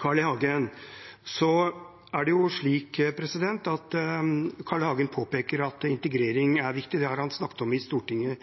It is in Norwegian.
Carl I. Hagen, som påpeker at integrering er viktig: Det har han snakket om i Stortinget